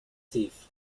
thief